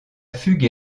fugue